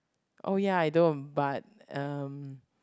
oh ya I don't but um